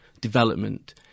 development